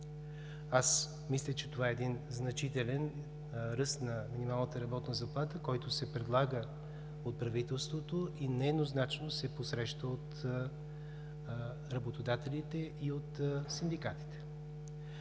Мисля, че това е значителен ръст на минималната работна заплата, който се предлага от правителството, но нееднозначно се посреща от работодателите и от синдикатите.